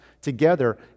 together